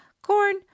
corn